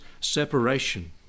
separation